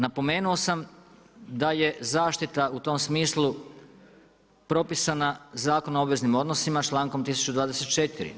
Napomenuo sam da je zaštita u tom smislu propisana Zakonom o obveznim odnosima člankom 1024.